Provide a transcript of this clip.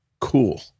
cool